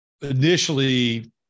initially